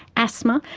asthma,